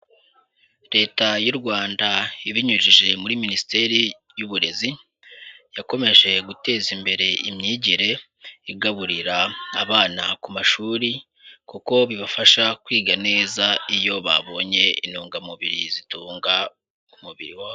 Leta y'u Rwanda ibinyujije muri Minisiteri y'Uburezi, yakomeje guteza imbere imyigire igaburira abana ku mashuri kuko bibafasha kwiga neza iyo babonye intungamubiri zitunga umubiri wabo.